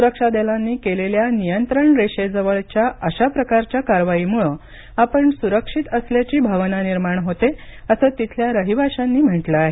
सुरक्षा दलांनी केलेल्या नियंत्रण रेषेजवळच्या अशाप्रकारच्या कारवाईमुळे आपण सुरक्षित असल्याची भावना निर्माण होते असं तिथल्या रहिवाशांनी म्हटलं आहे